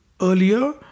earlier